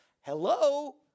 Hello